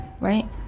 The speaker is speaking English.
Right